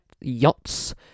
yachts